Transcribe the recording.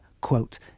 quote